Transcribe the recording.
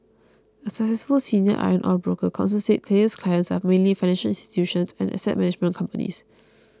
a successful senior iron ore broker counsel said Taylor's clients are mainly financial institutions and asset management companies